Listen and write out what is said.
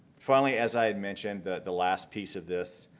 finally as i mentioned the last piece of this,